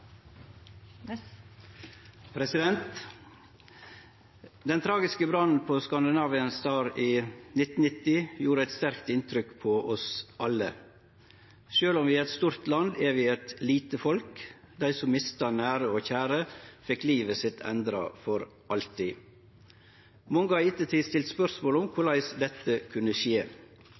Den tragiske brannen på «Scandinavian Star» i 1990 gjorde eit sterkt inntrykk på oss alle. Sjølv om vi er eit stort land, er vi eit lite folk. Dei som mista nære og kjære, fekk livet sitt endra for alltid. Mange har i ettertid stilt spørsmål om korleis dette kunne skje.